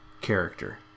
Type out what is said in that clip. character